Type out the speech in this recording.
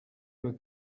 were